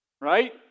Right